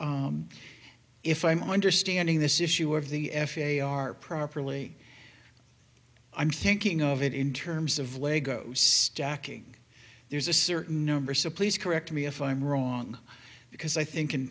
clarity if i'm understanding this issue of the f e a r properly i'm thinking of it in terms of lego stacking there's a certain number so please correct me if i'm wrong because i think in